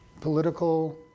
Political